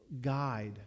guide